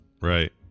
right